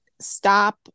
stop